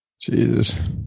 Jesus